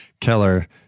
Keller